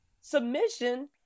submission